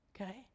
okay